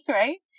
right